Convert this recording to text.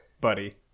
buddy